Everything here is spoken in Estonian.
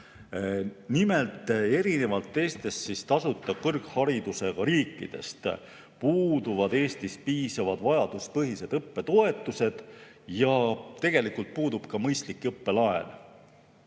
Nimelt, erinevalt teistest tasuta kõrgharidusega riikidest puuduvad Eestis piisavad vajaduspõhised õppetoetused ja tegelikult puudub ka mõistlik õppelaen.